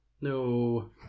No